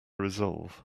resolve